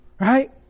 Right